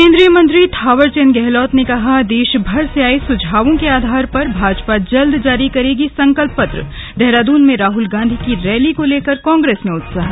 केंद्रीय मंत्री थावर चंद गहलोत ने कहा देशभर से आये सुझावों के आधार पर भाजपा जल्द जारी करेगी संकल्प पत्रदेहरादून में राहुल गांधी की रैली को लेकर कांग्रेस में उत्साह